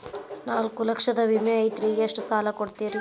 ನಾಲ್ಕು ಲಕ್ಷದ ವಿಮೆ ಐತ್ರಿ ಎಷ್ಟ ಸಾಲ ಕೊಡ್ತೇರಿ?